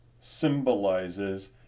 symbolizes